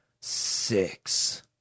six